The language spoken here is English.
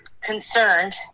concerned